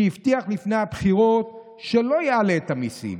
שהבטיח לפני הבחירות שלא יעלה את המיסים,